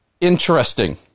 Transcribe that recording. interesting